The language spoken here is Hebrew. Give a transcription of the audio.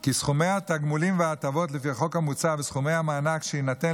כי סכומי התגמולים וההטבות לפי החוק המוצע וסכומי המענק שיינתן